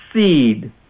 seed